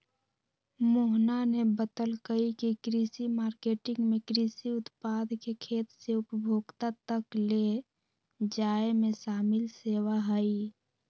मोहना ने बतल कई की कृषि मार्केटिंग में कृषि उत्पाद के खेत से उपभोक्ता तक ले जाये में शामिल सेवा हई